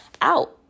out